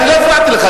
אני לא הפרעתי לך.